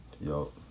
yo